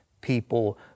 people